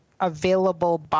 available